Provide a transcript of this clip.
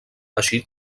així